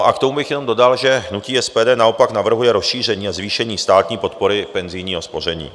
K tomu bych jenom dodal, že hnutí SPD naopak navrhuje rozšíření a zvýšení státní podpory penzijního spoření.